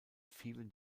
fielen